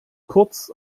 kurz